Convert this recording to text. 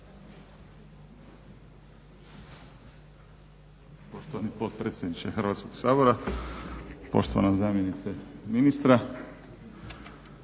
Poštovani potpredsjedniče Hrvatskog sabora, poštovana zamjenice ministra.